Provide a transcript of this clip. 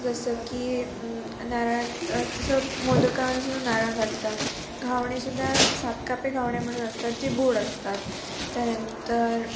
जसं की नारळात जसं मोदकामध्ये सुद्धा नारळ घालतात घावणेसुद्धा सात कापे घावणे म्हणून असतात जे गोड असतात त्यानंतर